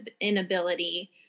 inability